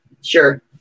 Sure